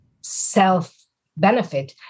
self-benefit